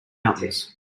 mountains